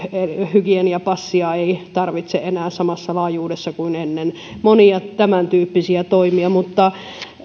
hygieniapassia enää tarvitse samassa laajuudessa kuin ennen monia tämän tyyppisiä toimia